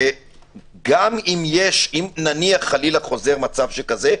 שגם אם נניח חלילה חוזר מצב כזה,